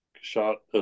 shot